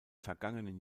vergangenen